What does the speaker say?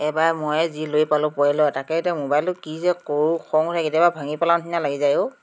এবাৰ ময়ে যি লৈ পালোঁ কৰিলোঁ আৰু তাকে এতিয়া মোবাইলটো কি যে কৰোঁ খঙতে কেতিয়াবা ভাঙি পেলাওঁ যেন লাগি যায় অ'